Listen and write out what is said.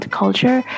culture